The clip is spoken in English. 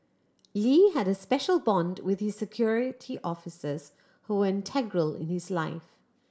Lee had a special bond with his Security Officers who were integral in his life